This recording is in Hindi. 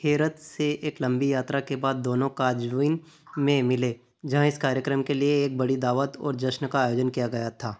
हेरत से एक लंबी यात्रा के बाद दोनों काज़विन में मिले जहाँ इस कार्यक्रम के लिए एक बड़ी दावत और जश्न का आयोजन किया गया था